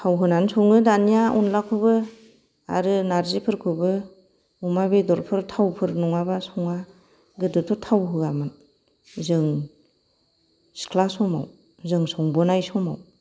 थाव होनानै सङो दानिया अनलाखौबो आरो नार्जिफोरखौबो अमा बेदरफोर थावफोर नङाबा सङा गोदोथ' थाव होयामोन जों सिख्ला समाव जों संबोनाय समाव